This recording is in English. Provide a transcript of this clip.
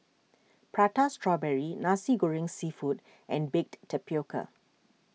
Prata Strawberry Nasi Goreng Seafood and Baked Tapioca